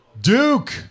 Duke